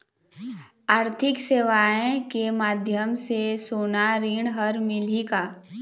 आरथिक सेवाएँ के माध्यम से सोना ऋण हर मिलही का?